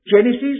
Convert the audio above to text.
Genesis